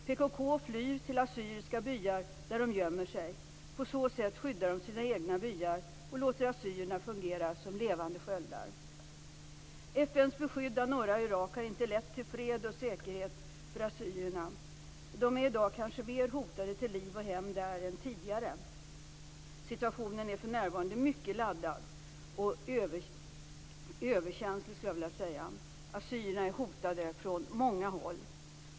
PKK flyr till assyriska byar där de gömmer sig. På så sätt skyddar de sina egna byar och låter assyrierna fungera som levande sköldar. FN:s skydd av norra Irak har inte lett till fred och säkerhet för assyrierna. De är i dag kanske mer hotade till liv och lem där än tidigare. Situationen är för närvarande mycket laddad och överkänslig. Assyrierna är hotade från många håll.